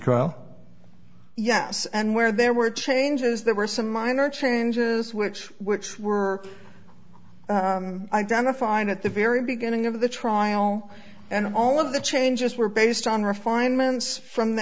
trial yes and where there were changes there were some minor changes which which were identified at the very beginning of the trial and all of the changes were based on refinements from